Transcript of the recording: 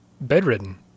bedridden